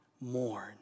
mourn